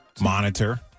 monitor